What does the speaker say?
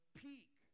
peak